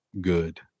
good